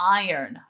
iron